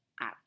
out